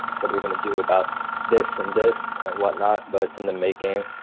what are we gonna do about this and this and whatnot, but it's in the making.